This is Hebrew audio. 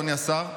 אדוני השר,